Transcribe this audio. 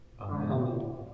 Amen